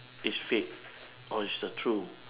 is fake or is the truth